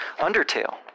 Undertale